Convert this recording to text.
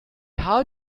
how